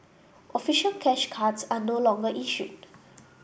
official cash cards are no longer issued